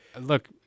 look